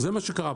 זה מה שקרה פה.